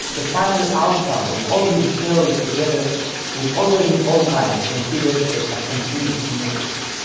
the final outcome of all these theories together was already in old times considered as a complete mess.